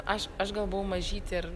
aš aš gal buvau mažytė ir